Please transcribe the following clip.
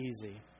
easy